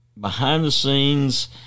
behind-the-scenes